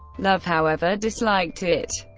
love, however, disliked it,